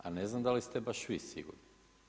A ne znam da li ste baš vi sigurni.